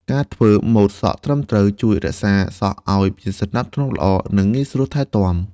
ការធ្វើម៉ូតសក់ត្រឹមត្រូវ ជួយរក្សាសក់ឱ្យមានសណ្ដាប់ធ្នាប់ល្អ និងងាយស្រួលថែទាំ។